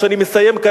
כשאני מסיים כאן,